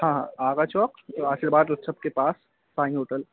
हाँ हाँ आगा चौक आशीर्वाद उत्सव के पास पाइन होटल